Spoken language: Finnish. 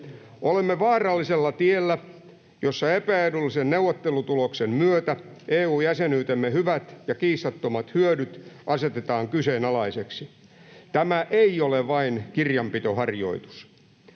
Olemme vaarallisella tiellä, jossa epäedullisen neuvottelutuloksen myötä EU-jäsenyytemme hyvät ja kiistattomat hyödyt asetetaan kyseenalaisiksi. Tämä ei ole vain kirjanpitoharjoitus.